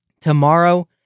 Tomorrow